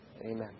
Amen